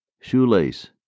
shoelace